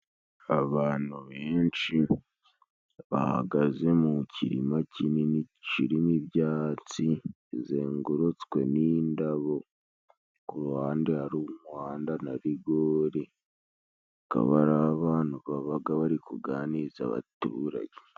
Abantu benshi bahagaze mu kirima kinini cirimo ibyatsi bizengurutswe n'indabo, ku ruhande hari umuhanda na rigori, akaba ari abantu babaga bari kuganiriza baturage.